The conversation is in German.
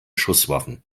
schusswaffen